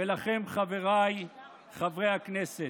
ולכם, חבריי חברי הכנסת: